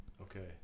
Okay